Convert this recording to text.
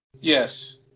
Yes